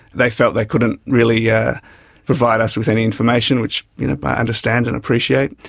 they felt they couldn't really yeah provide us with any information, which i understand and appreciate.